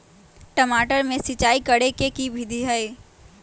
टमाटर में सिचाई करे के की विधि हई?